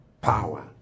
power